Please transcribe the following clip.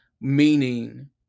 Meaning